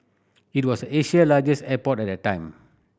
it was Asia largest airport at the time